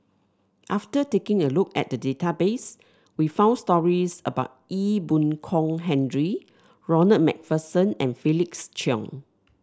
after taking a look at the database we found stories about Ee Boon Kong Henry Ronald MacPherson and Felix Cheong